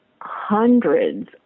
hundreds